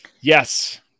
Yes